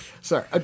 Sorry